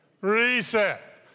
Reset